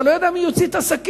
אתה לא יודע מי יוציא את הסכין.